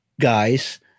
guys